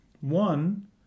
One